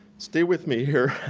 stay with me here,